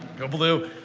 go blue.